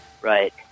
Right